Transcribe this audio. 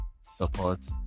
support